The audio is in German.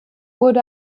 wurde